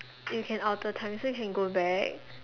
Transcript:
you can alter time so you can go back